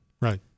Right